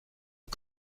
aux